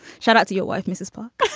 shut up to your wife, mrs. park